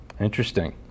interesting